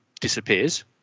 disappears